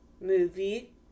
movie